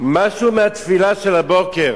משהו מהתפילה של הבוקר.